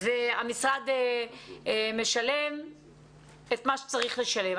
והמשרד משלם את מה שצריך לשלם.